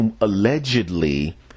allegedly